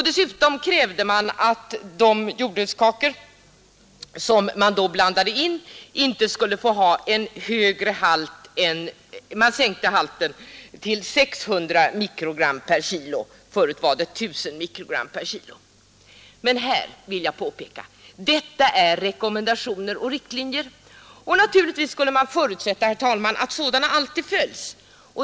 Dessutom sänkte man gränsen för högsta tillåtna halt aflatoxin från 1 000 mikrogram per kilo till 600 mikrogram per kilo. Men jag vill påpeka att detta är rekommendationer och riktlinjer Naturligtvis skulle man förutsätta, herr talman, att sådana alltid följs.